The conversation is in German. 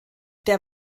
der